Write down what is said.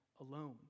alone